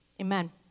Amen